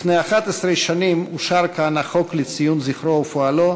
לפני 11 שנים אושר כאן החוק לציון זכרו ופועלו,